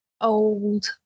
old